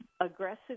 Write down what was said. aggressive